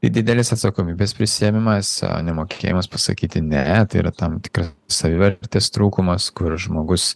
didelės atsakomybės prisiėmimas nemokėjimas pasakyti ne tai yra tam tikras savivertės trūkumas kur žmogus